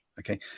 Okay